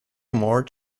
more